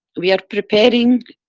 we are preparing,